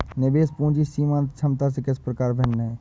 निवेश पूंजी सीमांत क्षमता से किस प्रकार भिन्न है?